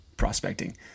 prospecting